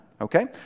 Okay